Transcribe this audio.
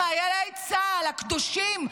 לחיילי צה"ל הקדושים,